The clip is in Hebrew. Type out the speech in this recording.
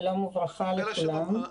שלום וברכה לכולם.